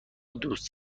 دوست